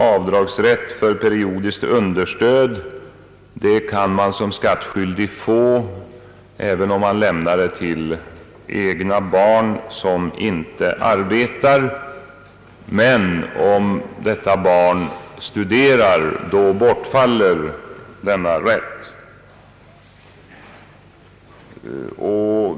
Avdrag för periodiskt understöd kan den skattskyldige få även om han lämnar pengar till egna barn som inte arbetar, men om barnen studerar bortfaller denna rätt.